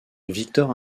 victor